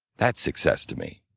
that's success, to me.